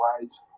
wise